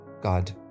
God